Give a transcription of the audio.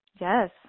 Yes